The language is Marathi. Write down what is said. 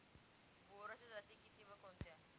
बोराच्या जाती किती व कोणत्या?